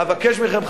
אבקש מכם,